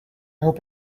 hope